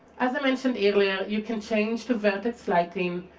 as i mentioned earlier, you can change to vertex lighting,